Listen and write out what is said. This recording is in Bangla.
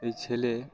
এই ছেলে